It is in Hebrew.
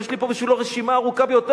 יש לי פה בשבילו רשימה ארוכה ביותר,